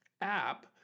app